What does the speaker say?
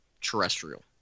terrestrial